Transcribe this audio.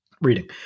reading